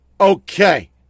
okay